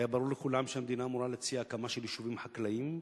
היה ברור לכולם שהמדינה אמורה להציע הקמה של יישובים חקלאיים,